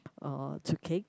uh to cake